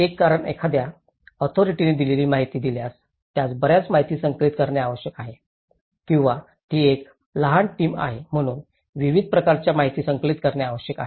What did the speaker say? एक कारण एखाद्या ऑथॉरिटीने दिलेली माहिती दिल्यास त्यास बर्याच माहिती संकलित करणे आवश्यक आहे किंवा ती एक लहान टीम आहे म्हणून विविध प्रकारच्या माहिती संकलित करणे आवश्यक आहे